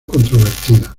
controvertida